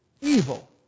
evil